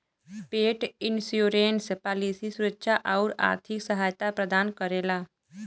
पेट insurance policy सुरक्षा आउर आर्थिक सहायता प्रदान करेला